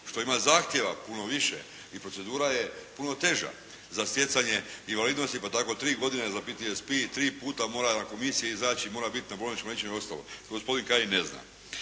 Što ima zahtjeva puno više i procedura je puno teža za stjecanje invalidnosti pa tako tri godine za PTSP, tri puta mora na komisije izaći, mora biti na bolničkom liječenju i ostalo. To gospodin Kajin ne zna!